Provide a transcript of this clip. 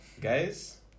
Guys